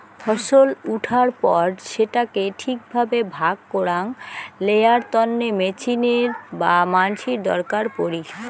ফছল উঠার পর সেটাকে ঠিক ভাবে ভাগ করাং লেয়ার তন্নে মেচিনের বা মানসির দরকার পড়ি